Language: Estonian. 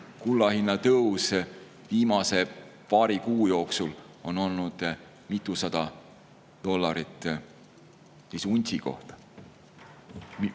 Kulla hinna tõus viimase paari kuu jooksul on olnud mitusada dollarit untsi kohta.